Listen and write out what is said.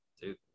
dude